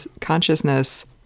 consciousness